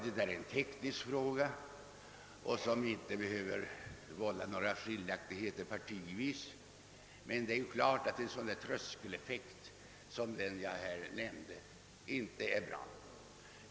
Denna tekniska fråga behöver inte vålla några partiskiljaktigheter, men sådana tröskeleffekter är inte lämpliga.